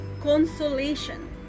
consolation